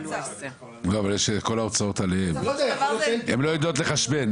לא, אבל יש כל ההוצאות עליהן, הן לא יודעות לחשבן,